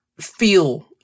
feel